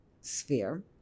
sphere